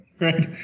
Right